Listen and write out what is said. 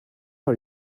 are